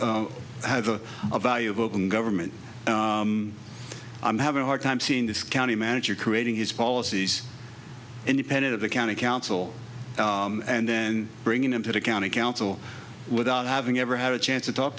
have a value of open government i'm having a hard time seeing this county manager creating his policies independent of the county council and then bringing him to the county council without having ever had a chance to talk